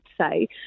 say